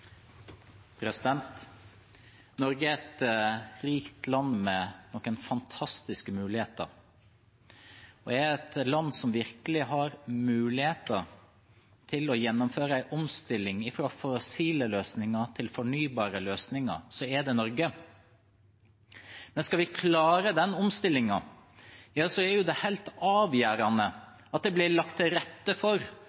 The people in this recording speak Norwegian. representanten. Norge er et rikt land med noen fantastiske muligheter. Er det ett land som virkelig har muligheter til å gjennomføre en omstilling fra fossile løsninger til fornybare løsninger, er det Norge. Men skal vi klare den omstillingen, er det helt avgjørende